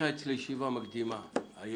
הייתה אצלי ישיבה מקדימה היום.